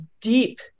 deep